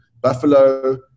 buffalo